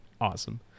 awesome